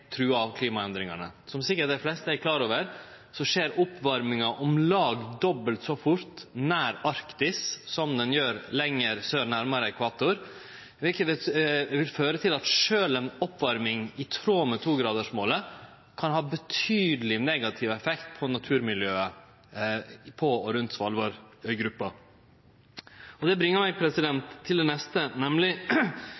trua av klimaendringane. Som dei fleste sikkert er klare over, skjer oppvarminga om lag dobbelt så fort nær Arktis som ho gjer lenger sør, nærmare ekvator. Det vil føre til at sjølv ei oppvarming i tråd med togradersmålet kan ha betydeleg negativ effekt på naturmiljøet på og rundt øygruppa. Det bringar meg